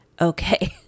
okay